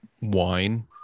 Wine